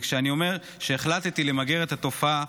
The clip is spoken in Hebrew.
וכשאני אומר שהחלטתי למגר את התופעה,